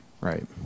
right